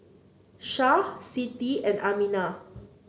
Syah Siti and Aminah